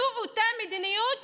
זאת אותה מדיניות